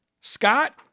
Scott